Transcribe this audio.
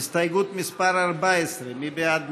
הסתייגות מס' 14. מי בעד?